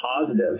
positive